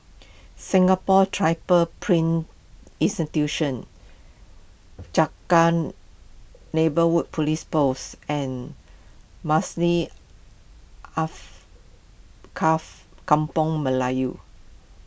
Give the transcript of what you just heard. Singapore Print Institution Changkat Neighbourhood Police Post and Maslid Kampung Melayu